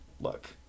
Look